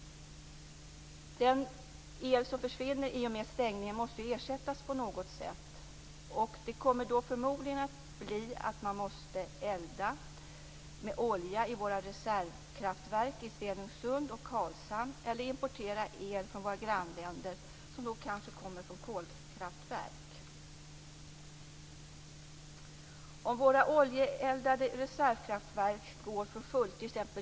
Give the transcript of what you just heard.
Den el som försvinner i och med stängningen måste ersättas på något sätt. Det kommer förmodligen innebära att man måste elda med olja i våra reservkraftverk i Stenungsund och Karlshamn eller importera el från våra grannländer - som kanske kommer från kolkraftverk.